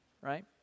right